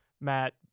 Matt